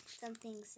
something's